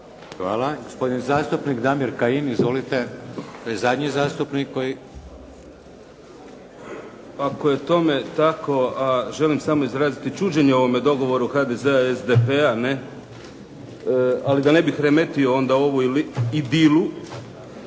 Hvala. Gospodin zastupnik Damir Kajin. Izvolite. To je zadnji zastupnik. **Kajin, Damir (IDS)** Ako je tome tako, a želim samo izraziti čuđenje ovome dogovoru HDZ-a i SDP-a ne, ali da ne bih remetio onda ovu idilu